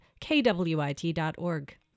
kwit.org